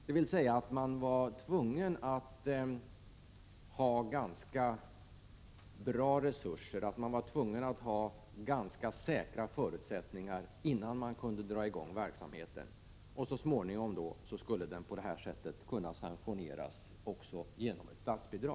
Man var med andra ord tvungen att ha rätt bra resurser och ganska säkra förutsättningar innan man kunde dra i gång verksamheten, och så småningom skulle den på detta sätt även kunna sanktioneras genom statsbidrag.